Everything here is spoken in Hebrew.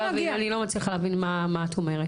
אני לא מצליחה להבין מה את אומרת.